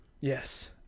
Yes